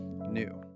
new